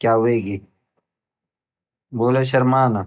क्या वेगीबोला शरमा ना।